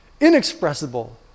inexpressible